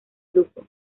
grupo